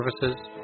services